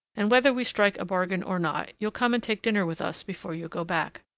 and whether we strike a bargain or not, you'll come and take dinner with us before you go back.